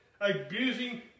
abusing